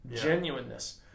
genuineness